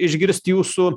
išgirst jūsų